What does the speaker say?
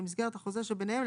במסגרת החוזה שביניהם,